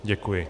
Děkuji.